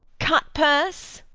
cut-purse!